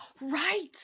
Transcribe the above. Right